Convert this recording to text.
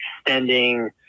extending